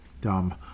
dumb